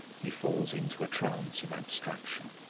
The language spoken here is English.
he falls into a trance of abstraction.